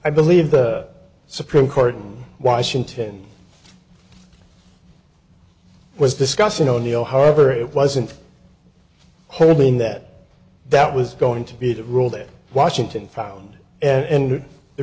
believe the supreme court in washington was discussing o'neil however it wasn't hoping that that was going to be the rule that washington found and